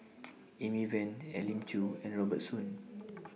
Amy Van Elim Chew and Robert Soon